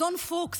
אדון פוקס,